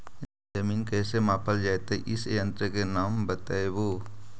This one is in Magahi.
जमीन कैसे मापल जयतय इस यन्त्र के नाम बतयबु?